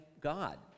God